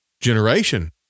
generation